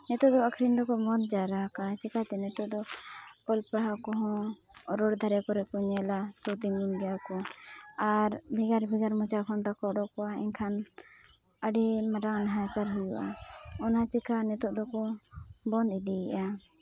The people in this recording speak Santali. ᱱᱤᱛᱳᱜ ᱫᱚ ᱟᱹᱠᱷᱨᱤᱧ ᱫᱚᱠᱚ ᱵᱚᱱᱫ ᱡᱟᱣᱨᱟ ᱟᱠᱟᱫᱼᱟ ᱪᱤᱠᱟᱹᱛᱮ ᱱᱤᱛᱳᱜ ᱫᱚ ᱚᱞᱼᱯᱟᱲᱦᱟᱣ ᱠᱚᱦᱚᱸ ᱨᱳᱰ ᱫᱷᱟᱨᱮ ᱠᱚᱨᱮᱠᱚ ᱧᱮᱞᱟ ᱛᱳ ᱛᱤᱸᱜᱩᱱ ᱜᱮᱭᱟᱠᱚ ᱟᱨ ᱵᱷᱮᱜᱟᱨᱼᱵᱷᱮᱜᱟᱨ ᱢᱚᱪᱟ ᱠᱷᱚᱱ ᱛᱟᱠᱚ ᱚᱰᱳᱠᱚᱜᱼᱟ ᱮᱱᱠᱷᱟᱱ ᱟᱹᱰᱤ ᱢᱟᱨᱟᱝ ᱱᱟᱦᱟᱪᱟᱨ ᱦᱩᱭᱩᱜᱼᱟ ᱚᱱᱟ ᱪᱤᱠᱟᱹ ᱱᱤᱛᱳᱜ ᱫᱚᱠᱚ ᱵᱚᱱᱫ ᱤᱫᱤᱭᱮᱜᱼᱟ